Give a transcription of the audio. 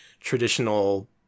traditional